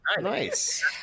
nice